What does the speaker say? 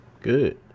Good